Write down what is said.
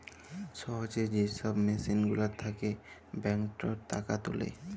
সহজে যে ছব মেসিল গুলার থ্যাকে ব্যাংকটর টাকা তুলে